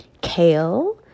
kale